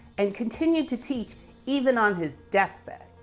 and continued to teach even on his deathbed.